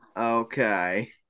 Okay